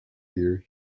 you